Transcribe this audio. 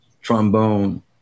trombone